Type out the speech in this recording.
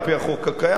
על-פי החוק הקיים,